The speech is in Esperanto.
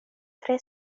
tre